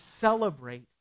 celebrate